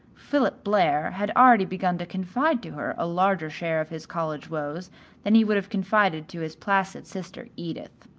philip blair had already begun to confide to her a larger share of his college woes than he would have confided to his placid sister edith.